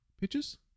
Pictures